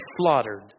slaughtered